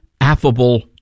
affable